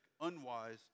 unwise